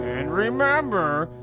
and remember,